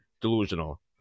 Delusional